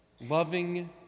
loving